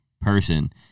person